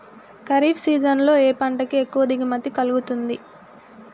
Kharif season లో ఏ పంట కి ఎక్కువ దిగుమతి కలుగుతుంది?